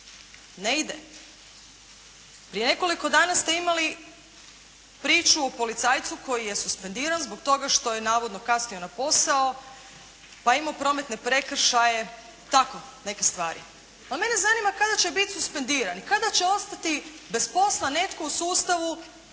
Ne ide. Prije nekoliko dana ste imali priču o policajcu koji je suspendiran zbog toga što je navodno kasnio na posao pa je imao prometne prekršaje, tako neke stvari. Ali mene zanima kada će biti suspendiran i kada će ostati bez posla netko u sustavu